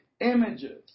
images